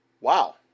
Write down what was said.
Wow